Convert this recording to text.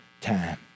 time